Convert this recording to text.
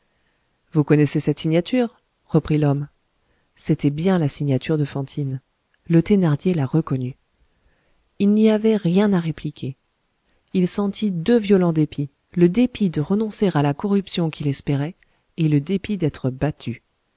vous connaissez cette signature reprit l'homme c'était bien la signature de fantine le thénardier la reconnut il n'y avait rien à répliquer il sentit deux violents dépits le dépit de renoncer à la corruption qu'il espérait et le dépit d'être battu